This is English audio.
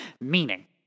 Meaning